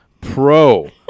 Pro